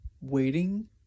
waiting